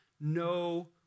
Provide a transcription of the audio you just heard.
no